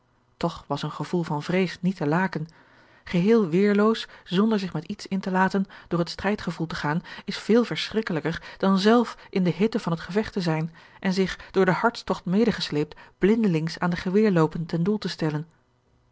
toch was een gevoel van vrees niet te laken geheel weêrloos zonder zich met iets in te laten door het strijdgewoel te gaan is veel verschrikkelijker dan zelf in de hitte van het gevecht te zijn en zich door den hartstogt medegesleept blindelings aan de geweerloopen ten doel te stellen